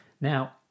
Now